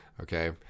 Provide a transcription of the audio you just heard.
Okay